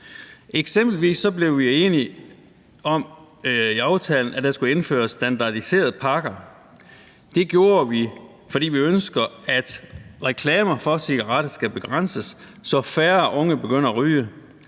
Eksempelvis blev vi enige om i aftalen, at der skulle indføres standardiserede pakker. Det gjorde vi, fordi vi ønsker, at reklamer for cigaretter skal begrænses, så færre unge begynder at ryge,